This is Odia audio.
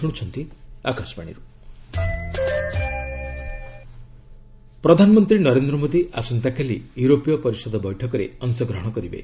ପିଏମ୍ ଇସିମିଟିଙ୍ଗ ପ୍ରଧାନମନ୍ତ୍ରୀ ନରେନ୍ଦ୍ର ମୋଦି ଆସନ୍ତାକାଲି ୟୁରୋପୀୟ ପରିଷଦ ବୈଠକରେ ଅଶଗ୍ରହଣ କରିବେ